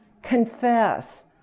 confess